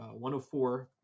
104